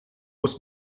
muss